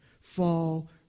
Fall